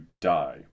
die